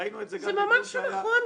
ראינו את זה גם --- זה ממש לא נכון.